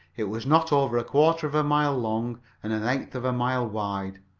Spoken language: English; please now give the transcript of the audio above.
it was not over a quarter of a mile long and an eighth of a mile wide.